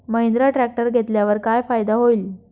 Mahindra tractor घेतल्यावर काय फायदा होईल?